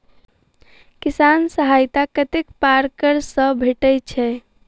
किसान सहायता कतेक पारकर सऽ भेटय छै?